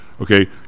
Okay